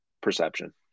perception